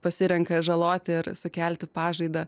pasirenka žaloti ir sukelti pažaidą